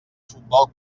futbol